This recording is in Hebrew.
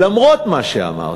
למרות מה שאמרתי,